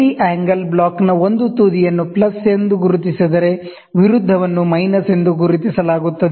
ಪ್ರತಿ ಆಂಗಲ್ ಬ್ಲಾಕ್ನ ಒಂದು ತುದಿಯನ್ನು ಪ್ಲಸ್ ಎಂದು ಗುರುತಿಸಿದರೆ ವಿರುದ್ಧವನ್ನು ಮೈನಸ್ ಎಂದು ಗುರುತಿಸಲಾಗುತ್ತದೆ